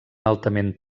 altament